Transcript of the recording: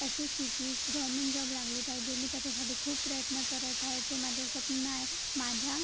S S सीची गअमेण job लागली पाहिजे मी त्याच्यासाठी खूप प्रयत्न करत आहे तो माझं स्वप्न आहे माझ्या